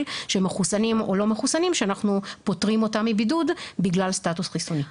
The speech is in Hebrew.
שמחוסנים או לא מחוסנים שאנחנו פוטרים אותם מבידוד בגלל סטטוס חיסוני.